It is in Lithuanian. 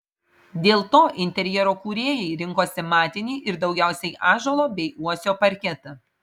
dėl to interjero kūrėjai rinkosi matinį ir daugiausiai ąžuolo bei uosio parketą